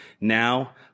Now